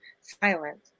silent